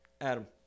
Adam